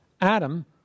Adam